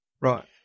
Right